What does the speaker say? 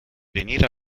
venire